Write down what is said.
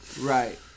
right